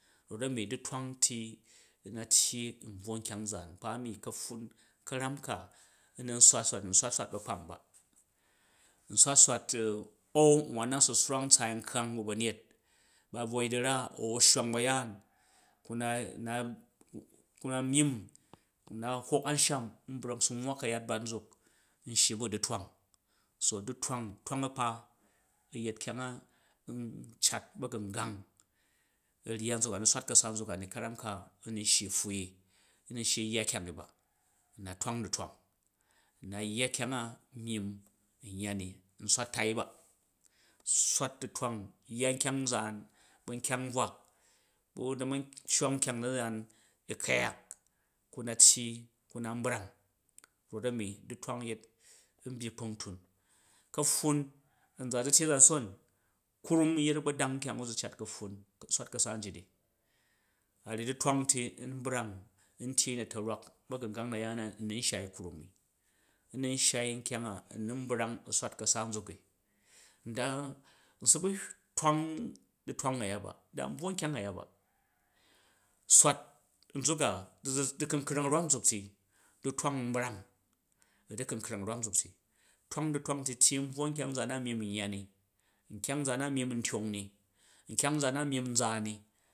Rof a̱mi du̱twang ti na tyyi n bvwo nkyang nzaan, nkpa mi ka̱pffan ka̱ram ka u̱nun swat u̱swat n swat ba̱kpam ba̱ nswat nswat au n wan nat u̱su swrang n tsaai nkkang bu̱ ba̱nyet, bvoi du̱raa, shwang ba̱yaan ku na myimmuna hok a̱nsham n brak n su nwwa ka̱yat bat nzuk n shyi bu̱ a̱ du̱twong so du̱twang, twang a̱kpa yet kyanga n cat ba̱gungang u̱ rya nzak a, u̱ swat kaza nzuk ani ka̱ram ka u̱ nan shyi u̱ pfwuii, u̱ nun shyi u̱ yya kyang ni ba u̱ na twang du̱twang, u̱na yya kyang a myim n yya ni nswat tai ba, swat du̱twang, yya nkyang nzaani bu̱ nkyang nbvwak au na̱macwang nkyang na̱yaan u̱ kuyak ku na tyyi ku na nbrang rof a̱mi du̱twang yet n byyi kpungtun, ka̱pffun a̱mzan zu tyi azanson, krum yet agbodang nkyang u̱ zu cat ka̱pffun u̱ swat ka̱sa njit, a ryyi du̱twang ti n brang n tyyei na̱tarwak ba̱gungang na̱yaan na u̱ nun n shai krum ni, u̱ nun shai nkyang a u̱ nu nbromg u̱ swakka̱sa nzuk ni, n su bu̱ twang n du̱twanga̱ya ba da n bvwo nkyomg a̱ya ba, swat nzuk a du̱kunkrang rwam nzut ti du̱twang nbrang u̱ du̱kunkrang rwam nzukti, twamg du̱twang ti tyyi ni, nkyang nzaan na myim n tyong ni nkyang nzaan na myin naami.